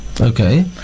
okay